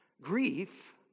Grief